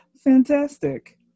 Fantastic